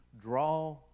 Draw